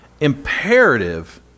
imperative